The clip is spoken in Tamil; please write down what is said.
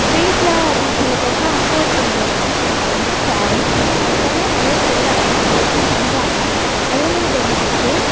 ஸ்ட்ரீட்டில் அப்டின்னு சொல்லப்போனா அங்கே ஒருத்தங்களும் இருக்காங்க அவங்க ரொம்ப கேரிங் எனக்காகவே நிறையா செய்கிறாங்க எல்லாம் பண்ணுறாங்க அது வந்து எனக்கு ரொம்ப பிடிக்கும்